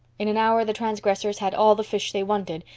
in an hour the transgressors had all the fish they wanted,